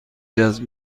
جذب